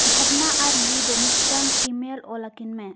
ᱵᱷᱟᱵᱽᱟᱱᱟ ᱟᱨ ᱞᱤ ᱫᱚ ᱢᱤᱫᱴᱟᱝ ᱤᱼᱢᱮᱞ ᱚᱞᱟᱠᱤᱱ ᱢᱮ